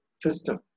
system